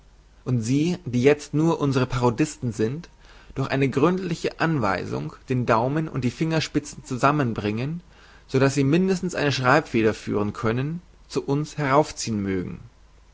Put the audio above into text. und sie die jezt nur unsere parodisten sind durch eine gründliche anweisung den daumen und die fingerspizen zusammen zu bringen so daß sie mindestens eine schreibfeder führen können zu uns herauf ziehen mögen